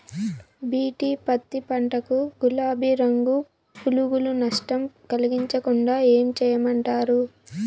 BT పత్తి పంట కు, గులాబీ రంగు పులుగులు నష్టం కలిగించకుండా ఏం చేయమంటారు?